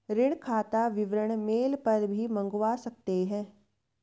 ऋण खाता विवरण मेल पर भी मंगवा सकते है